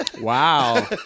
Wow